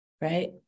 right